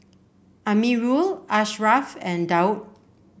Amirul Ashraf and Daud